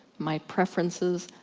my preferences,